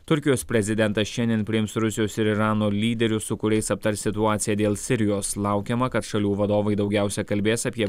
turkijos prezidentas šiandien priims rusijos ir irano lyderių su kuriais aptars situaciją dėl sirijos laukiama kad šalių vadovai daugiausiai kalbės apie